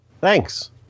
thanks